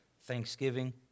thanksgiving